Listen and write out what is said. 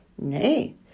Nay